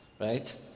right